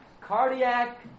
cardiac